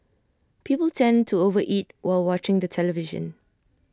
people tend to over eat while watching the television